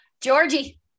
georgie